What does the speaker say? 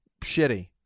shitty